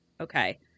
Okay